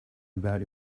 about